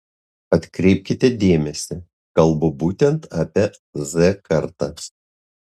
atkreipkite dėmesį kalbu būtent apie z kartą